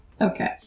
Okay